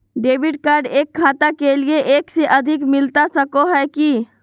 Debit card एक खाता के लिए एक से अधिक मिलता सको है की?